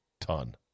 ton